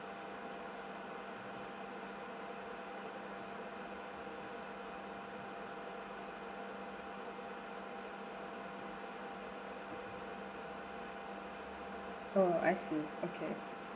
oh I see okay